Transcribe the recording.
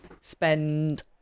spend